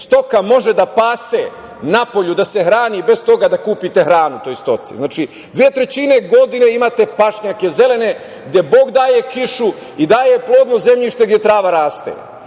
stoka može da pase napolju, da se hrani bez toga da kupite hranu toj stoci, znači, dve trećine godine imate pašnjake zelene, gde Bog daje kišu i daje plodno zemljište, gde trava raste. Biti